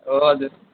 हजुर